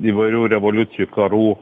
įvairių revoliucijų karų